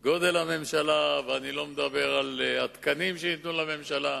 גודל הממשלה ואני לא מדבר על התקנים שייתנו לממשלה.